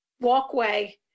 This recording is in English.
walkway